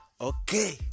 okay